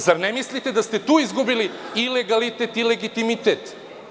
Zar ne mislite da ste tu izgubili i legalitet i legitimitet?